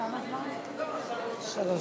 שלוש